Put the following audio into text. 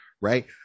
right